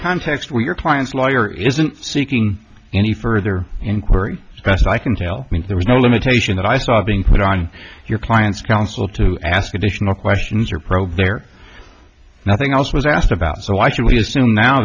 context when your client's lawyer isn't seeking any further inquiry best i can tell means there was no limitation that i saw being put on your client's counsel to ask additional questions or pro there nothing else was asked about so why should we assume now